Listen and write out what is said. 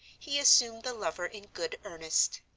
he assumed the lover in good earnest.